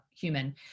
human